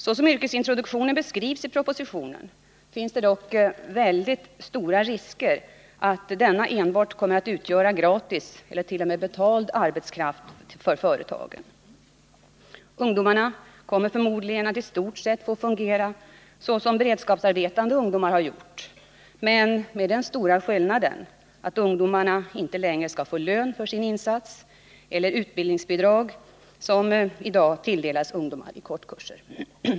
Så som yrkesintroduktionen beskrivs i propositionen finns det dock väldigt stora risker för att denna enbart kommer att utgöra gratis eller t.o.m. betald arbetskraft för företagen. Ungdomarna kommer förmodligen att i stort sett få fungera såsom beredskapsarbetande ungdomar har gjort, men med den stora skillnaden att ungdomarna inte längre skall få lön för sin insats eller utbildningsbidrag som i dag tilldelas ungdomar i kortkurser.